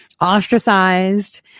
ostracized